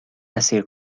اسیر